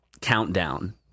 countdown